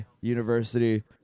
University